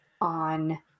on